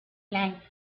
life